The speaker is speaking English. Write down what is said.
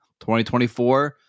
2024